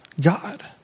God